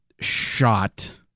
shot